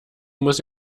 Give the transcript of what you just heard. muss